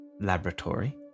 laboratory